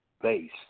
base